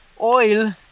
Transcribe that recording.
oil